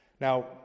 Now